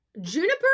Juniper